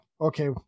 Okay